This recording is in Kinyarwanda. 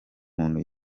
muntu